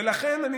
ולכן,